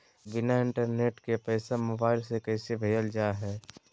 बिना इंटरनेट के पैसा मोबाइल से कैसे भेजल जा है?